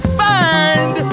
find